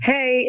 Hey